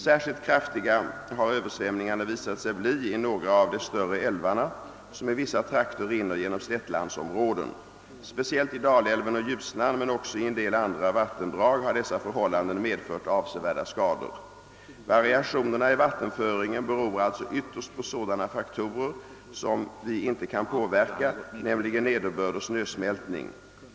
Särskilt kraftiga har översvämningarna visat sig bli i några av de större älvarna som i vissa trakter rinner genom slättlandsområden. Speciellt i Dalälven och Ljusnan men också i en del andra vattendrag har dessa förhållanden medfört avsevärda skador. Variationerna i vattenföringen beror alltså ytterst på sådana faktorer som vi inte kan påverka, nämligen nederbörd och snösmältning.